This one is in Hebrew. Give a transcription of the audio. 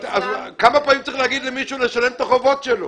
כמה פעמים צריך להגיד למישהו לשלם את החובות שלו?